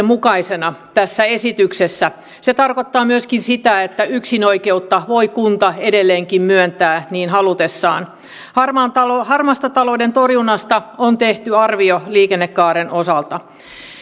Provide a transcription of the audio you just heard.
mukaisena tässä esityksessä se tarkoittaa myöskin sitä että yksinoikeuden voi kunta edelleenkin myöntää niin halutessaan harmaan talouden harmaan talouden torjunnasta on tehty arvio liikennekaaren osalta